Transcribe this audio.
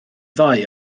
ddoe